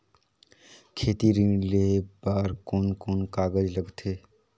खेती ऋण लेहे बार कोन कोन कागज लगथे?